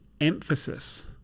emphasis